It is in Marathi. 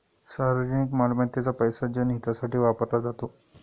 सार्वजनिक मालमत्तेचा पैसा जनहितासाठी वापरला जातो